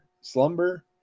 Slumber